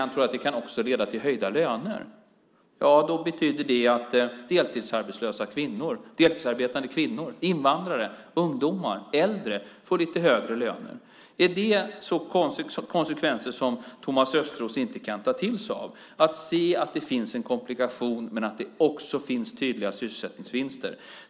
Han tror att det också kan leda till höjda löner. Då betyder det att deltidsarbetande kvinnor, invandrare, ungdomar och äldre får lite högre löner. Är det konsekvenser som Thomas Östros inte kan ta till sig? Kan han inte se att det finns en komplikation, men att det också finns tydliga sysselsättningsvinster?